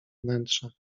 wnętrzach